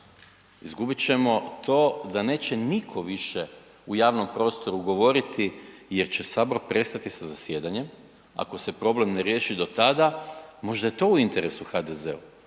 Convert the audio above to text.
Izgubit ćemo to da neće nitko više u javnom prostoru govoriti jer će Sabor prestati sa zasjedanjem ako se problem ne riješi do tada, možda je to u interesu HDFZ-u,